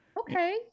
Okay